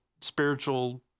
spiritual